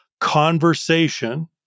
conversation